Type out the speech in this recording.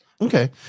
Okay